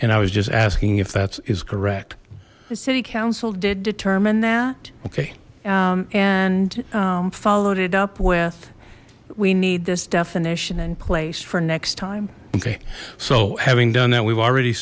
and i was just asking if that's is correct the city council did determine that okay and followed it up with we need this definition in place for next time okay so having done that we've already